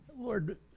Lord